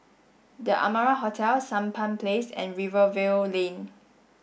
the Amara Hotel Sampan Place and Rivervale Lane